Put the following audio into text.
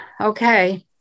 Okay